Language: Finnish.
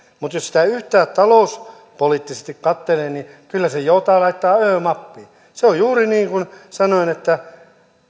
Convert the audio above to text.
mutta jos sitä yhtään talouspoliittisesti katselee niin kyllä sen joutaa laittaa ö mappiin se on juuri niin kuin sanoin